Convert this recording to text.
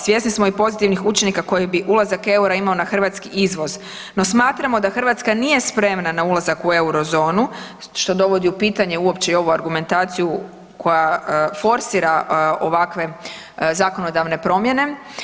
Svjesni smo i pozitivnih učinaka koji bi ulazak EUR-a imao na hrvatski izvoz no smatramo da Hrvatska nije spremna na ulazak u Eurozonu što dovodi u pitanje uopće i ovu argumentaciju koja forsira ovakve zakonodavne promjene.